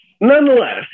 Nonetheless